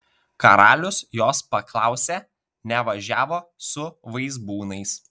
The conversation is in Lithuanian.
karalius jos paklausė nevažiavo su vaizbūnais